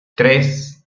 tres